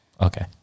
okay